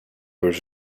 was